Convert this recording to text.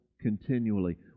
continually